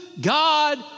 God